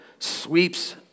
sweeps